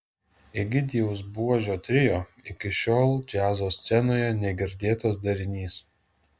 egidijaus buožio trio iki šiol džiazo scenoje negirdėtas darinys